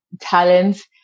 talents